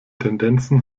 tendenzen